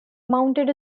mounted